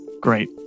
Great